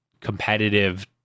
competitive